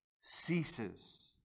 ceases